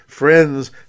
Friends